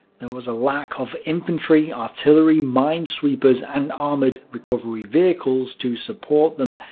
there was a lack of infantry, artillery, minesweepers and armoured recovery vehicles to support them.